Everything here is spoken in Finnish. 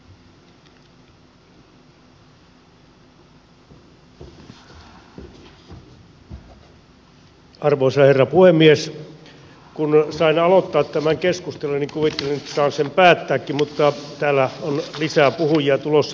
kun sain aloittaa tämän keskustelun niin kuvittelin että saan sen päättääkin mutta täällä on lisää puhujia tulossa